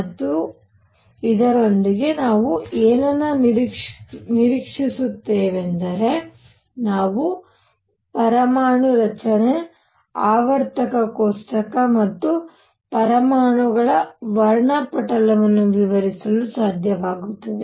ಮತ್ತು ಇದರೊಂದಿಗೆ ನಾವು ಏನನ್ನು ನಿರೀಕ್ಷಿಸುತ್ತೇವೆಂದರೆ ನಾವು ಪರಮಾಣು ರಚನೆ ಆವರ್ತಕ ಕೋಷ್ಟಕ ಮತ್ತು ಪರಮಾಣುಗಳ ವರ್ಣಪಟಲವನ್ನು ವಿವರಿಸಲು ಸಾಧ್ಯವಾಗುತ್ತದೆ